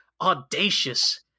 audacious